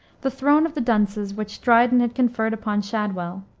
the throne of the dunces, which dryden had conferred upon shadwell,